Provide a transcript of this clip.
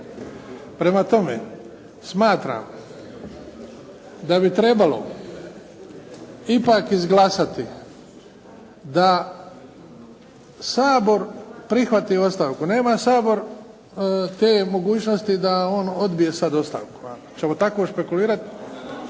Prema tome, smatram da bi trebalo ipak izglasati da Sabor prihvati ostavku, nema Sabor te mogućnosti da on odbije sad ostavku. Ako ćemo tako špekulirati.